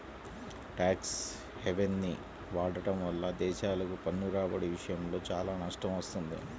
tax హెవెన్ని వాడటం వల్ల దేశాలకు పన్ను రాబడి విషయంలో చాలా నష్టం వస్తుంది